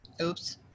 Oops